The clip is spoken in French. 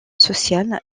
sociale